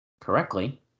correctly